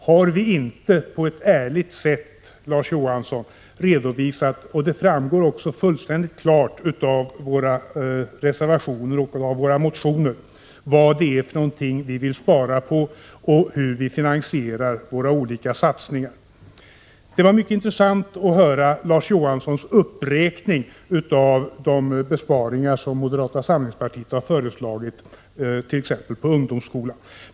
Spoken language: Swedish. Har vi inte på ett ärligt sätt, Larz Johansson, redovisat — det framgår ju fullständigt klart av våra reservationer och våra motioner — vad det är vi vill spara på och hur vi finansierar våra olika satsningar? Det var mycket intressant att höra Larz Johanssons uppräkning av de besparingar som moderata samlingspartiet har föreslagit, t.ex. på ungdomsskolan.